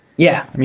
yeah. i mean